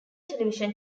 television